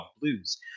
blues